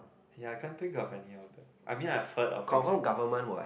ya I can't think of any of the I mean i've heard of